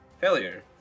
Failure